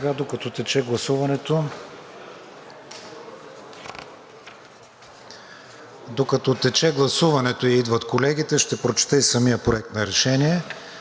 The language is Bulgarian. Докато тече гласуването и идват колегите, ще прочета самия проект на решение: